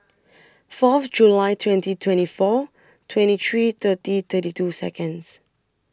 Fourth July twenty twenty four twenty three thirty thirty two Seconds